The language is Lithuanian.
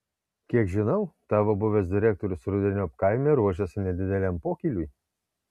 kiek žinau tavo buvęs direktorius rudeniop kaime ruošiasi nedideliam pokyliui